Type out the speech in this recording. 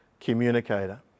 communicator